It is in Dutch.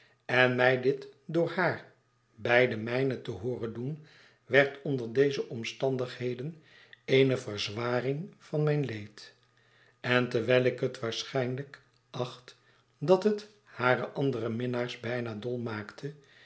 en mij dit door haar bij den mijnen te hooren doen werd onder deze omstandigheden eene verzwaring van mijn leed en terwijl ik het waarschijnlijk acht dat het hare andere minnaars bijna dol maakte